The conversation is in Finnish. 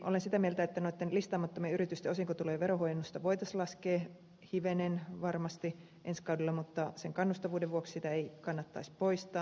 olen sitä mieltä että noitten listaamattomien yritysten osinkotulojen verohuojennusta voitaisiin varmasti laskea hivenen ensi kaudella mutta kannustavuuden vuoksi sitä ei kannattaisi poistaa